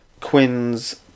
Quinn's